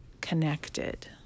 connected